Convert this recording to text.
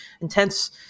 intense